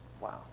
Wow